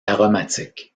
aromatiques